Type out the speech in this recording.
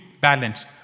balance